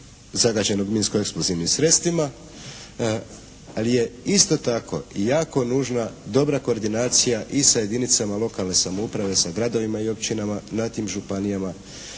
zagađenog minsko-eksplozivnim sredstvima ali je isto tako i jako nužna dobra koordinacija i sa jedinicama lokalne samouprave, da gradovima i općinama na tim županijama